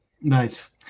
nice